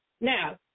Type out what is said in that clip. Now